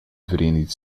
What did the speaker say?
verenigde